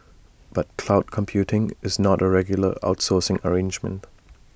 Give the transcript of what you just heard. but cloud computing is not A regular outsourcing arrangement